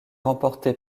remporté